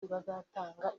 bazatanga